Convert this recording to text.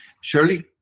shirley